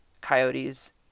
coyotes